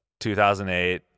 2008